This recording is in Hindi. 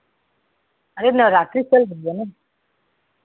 अरे नवरात्री चल रही है ना